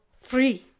Free